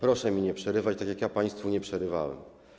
Proszę mi nie przerywać, tak jak ja państwu nie przerywałem.